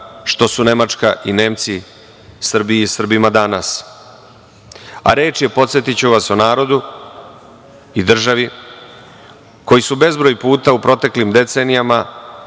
što su Nemačka i Nemci Srbiji i Srbima danas, a reč je, podsetiću vas, o narodu i državi koji su bezbroj puta, u proteklim decenijama